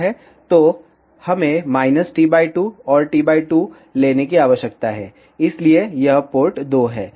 तो हमें t 2 और t 2 लेने की आवश्यकता है इसलिए यह पोर्ट 2 है